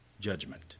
judgment